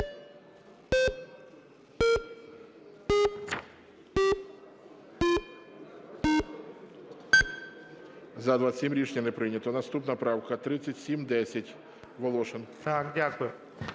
За-27 Рішення не прийнято. Наступна правка 3710. Волошин. 22:29:52